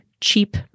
cheap